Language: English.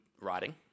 writing